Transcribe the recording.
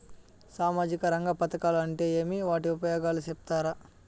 సామాజిక రంగ పథకాలు అంటే ఏమి? వాటి ఉపయోగాలు సెప్తారా?